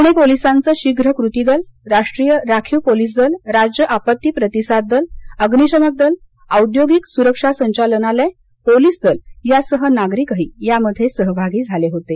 पुणे पोलीसांचं शीघ्र कृती दल राष्ट्रीय राखीव पोलीस दल राज्य आपत्ती प्रतिसाद दल अग्निशमन दल औद्योगिक सुरक्षा संचालनालय पोलीस दल यासह नागरिकही यामध्ये सहभागी झाले होतं